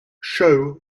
show